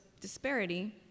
disparity